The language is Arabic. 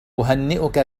أهنّئك